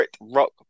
rock